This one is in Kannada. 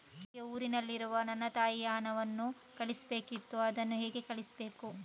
ನನಗೆ ಊರಲ್ಲಿರುವ ನನ್ನ ತಾಯಿಗೆ ಹಣವನ್ನು ಕಳಿಸ್ಬೇಕಿತ್ತು, ಅದನ್ನು ಹೇಗೆ ಕಳಿಸ್ಬೇಕು?